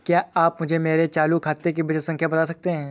क्या आप मुझे मेरे चालू खाते की खाता संख्या बता सकते हैं?